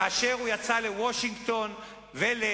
כאשר הוא יצא לוושינגטון ולניו-יורק,